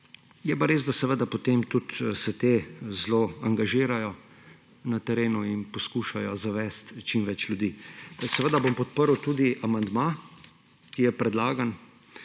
Je pa res, da potem se ti zelo angažirajo na terenu in poskušajo zavesti čim več ljudi. Seveda bom podprl tudi amandma, ki je predlagan,